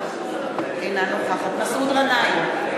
אינה נוכחת מסעוד גנאים,